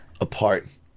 apart